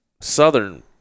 southern